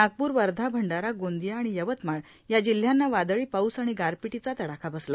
नागपूर वर्धा भंडारा गोंदिया आणि यवतमाळ या जिल्ह्यांना वादळी पाऊस आणि गारपिटीचा तडाखा बसला